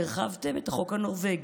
הרחבתם את החוק הנורבגי,